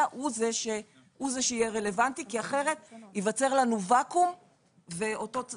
הוא זה שיהיה רלוונטי כי אחרת ייווצר לנו ואקום ואנחנו